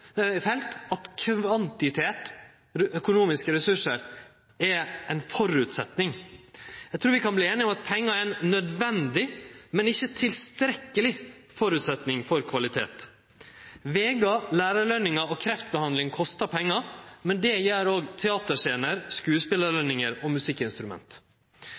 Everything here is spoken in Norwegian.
felt at kvantitet – økonomiske ressursar – er ein føresetnad. Eg trur vi kan verte einige om at pengar er ein nødvendig – men ikkje tilstrekkeleg – føresetnad for kvalitet. Vegar, lærarlønningar og kreftbehandling kostar pengar, men det gjer òg teaterscener, skodespelarlønningar og musikkinstrument.